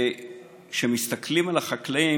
וכשמסתכלים על החקלאים,